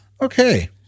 Okay